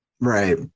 right